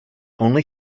only